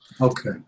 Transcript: Okay